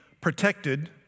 protected